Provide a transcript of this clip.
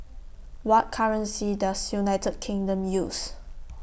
What currency Does United Kingdom use